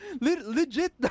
legit